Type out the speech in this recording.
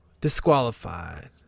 disqualified